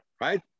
right